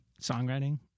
Songwriting